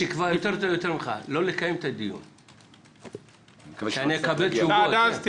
אני כולי תקווה לא לקיים את הדיון אם נקבל תשובות.